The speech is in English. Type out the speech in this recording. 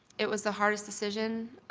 it was the hardest decision